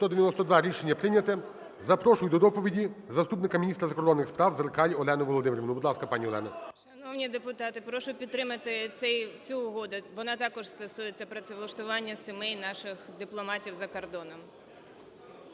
За-192 Рішення прийнято. Запрошую до доповіді заступника міністра закордонних Зеркаль Олену Володимирівну. Будь ласка, пані Олена. 13:37:57 ЗЕРКАЛЬ О.В. Шановні народні депутати! Прошу підтримати цю угоду, вона також стосується працевлаштування сімей наших дипломатів за кордоном.